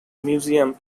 museum